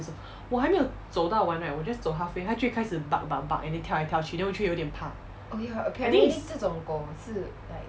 时我还没有走到完 right 我 just 走 halfway 它就会开始 bark bark bark and then 跳来跳去 then 我就有点怕 I think is